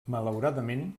malauradament